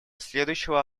следующего